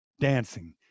dancing